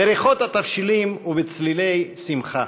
בריחות תבשילים ובצלילי שמחה,